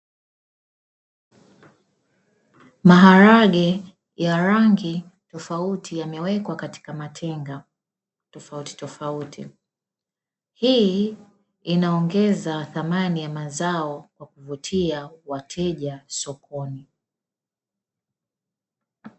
Maharage ya rangi tofauti yamewekwa katika matenga tofauti tofauti, hii inaongeza thamani ya mazao kwa kuvutia wateja sokoni.